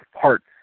parts